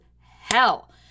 hell